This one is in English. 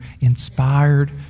inspired